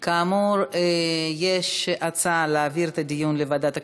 כאמור, יש הצעה להעביר את הדיון לוועדת הכלכלה.